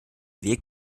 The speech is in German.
weg